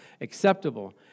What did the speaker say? acceptable